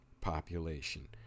population